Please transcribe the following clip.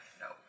nope